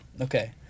Okay